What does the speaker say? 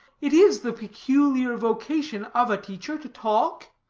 it is the peculiar vocation of a teacher to talk.